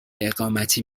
اقامتی